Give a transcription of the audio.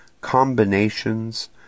combinations